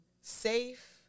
safe